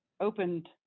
opened